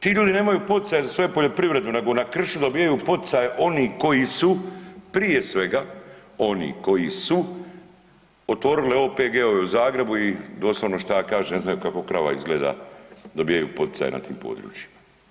Ti ljudi nemaju poticaja za svoju poljoprivredu nego na kršu dobijaju poticaje oni koji su prije svega, oni koji su otvorili OPG-ove u Zagrebu i doslovno šta ja kažem ne znaju kako krava izgleda, dobijaju poticaje na tim područjima.